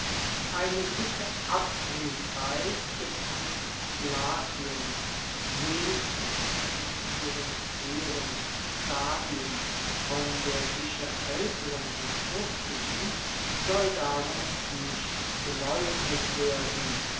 eine gewisse abhaengigkeit der kunst latiums wenigstens in ihren frueheren stadien von der sicher aelteren etruskischen soll darum nicht geleugnet werden